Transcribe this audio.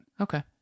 Okay